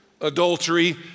adultery